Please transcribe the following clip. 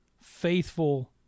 faithful